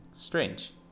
Strange